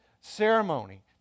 ceremony